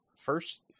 first